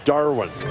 Darwin